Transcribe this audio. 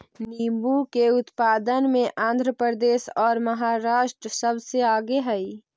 नींबू के उत्पादन में आंध्र प्रदेश और महाराष्ट्र सबसे आगे हई